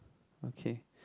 okay